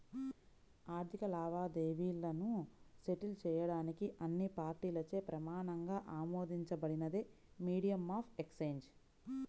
ఆర్థిక లావాదేవీలను సెటిల్ చేయడానికి అన్ని పార్టీలచే ప్రమాణంగా ఆమోదించబడినదే మీడియం ఆఫ్ ఎక్సేంజ్